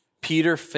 Peter